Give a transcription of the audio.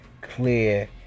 clear